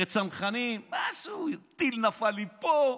סיירת צנחנים, משהו: טיל נפל לי פה,